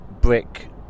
Brick